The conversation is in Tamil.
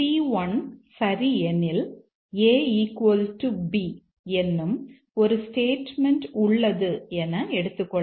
c1 சரி எனில் ab என்னும் ஒரு ஸ்டேட்மெண்ட் உள்ளது என எடுத்துக்கொள்ளலாம்